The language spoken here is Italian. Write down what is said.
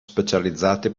specializzati